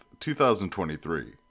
2023